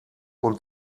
und